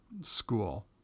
school